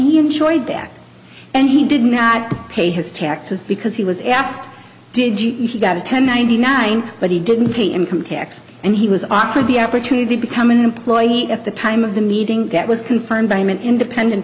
he enjoyed that and he did not pay his taxes because he was asked did he got a ten ninety nine but he didn't pay income tax and he was offered the opportunity become an employee at the time of the meeting that was confirmed by an independent